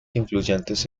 influyentes